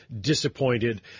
disappointed